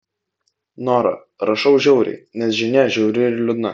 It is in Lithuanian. nora rašau žiauriai nes žinia žiauri ir liūdna